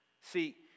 See